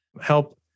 help